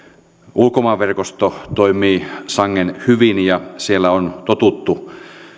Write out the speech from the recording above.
ulkomaanverkosto toimii sangen hyvin ja siellä on totuttu